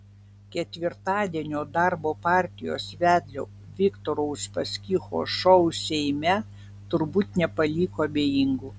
ketvirtadienio darbo partijos vedlio viktoro uspaskicho šou seime turbūt nepaliko abejingų